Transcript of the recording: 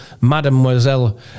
Mademoiselle